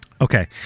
Okay